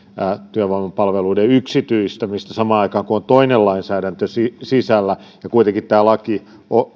työvoimapalveluiden yksityistämistä samaan aikaan kun on toinen lainsäädäntö sisällä ja kuitenkaan tämä laki